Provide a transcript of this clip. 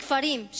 וכפרים,